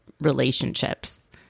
relationships